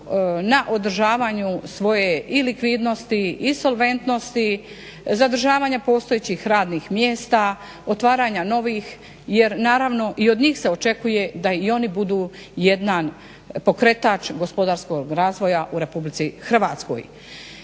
na održavanju svoje i likvidnosti i solventnosti, zadržavanja postojećih radnih mjesta, otvaranja novih jer naravno i od njih se očekuje da i oni budu jedan pokretač gospodarskog razvoja u Republici Hrvatskoj.